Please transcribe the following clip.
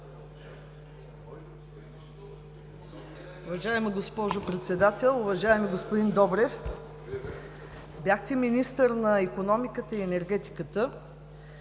Уважаема госпожо Председател, уважаеми господин Добрев! Бяхте министър на икономиката и енергетиката